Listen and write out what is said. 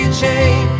chain